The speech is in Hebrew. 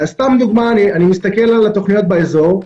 אני מסתכל על התוכניות באזור,